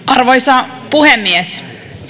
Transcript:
arvoisa puhemies